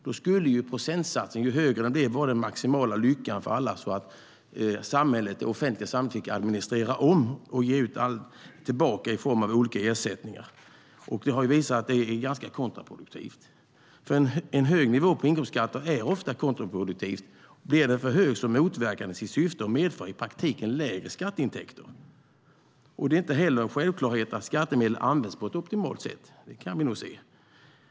Då skulle ju procentsatsen, ju högre den blev, vara den maximala lyckan för alla, så att det offentliga samhället fick administrera om och ge tillbaka i form av olika ersättningar. Men det har visats att det är ganska kontraproduktivt. En hög nivå på inkomstskatten är ofta kontraproduktiv. Blir den för hög motverkar den sitt syfte och medför i praktiken lägre skatteintäkter. Det är inte heller en självklarhet att skattemedel används på ett optimalt sätt - det kan vi nog se.